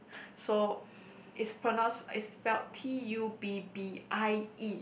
so it's pronounced it's spelled T U B B I E